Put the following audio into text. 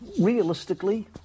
Realistically